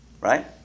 Right